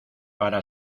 para